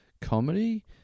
comedy